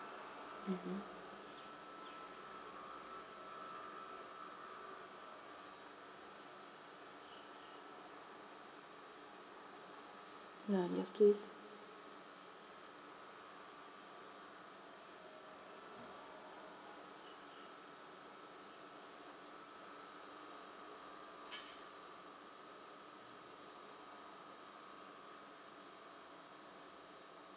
mmhmm ah yes please